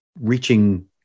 reaching